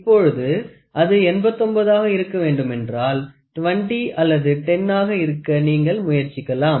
இப்பொழுது அது 89 ஆக இருக்க வேண்டும் என்றால் 20 அல்லது 10 ஆக இருக்க நீங்கள் முயற்சிக்களாம்